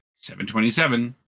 727